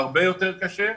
הרבה יותר קשה.